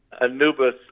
Anubis